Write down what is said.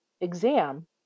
exam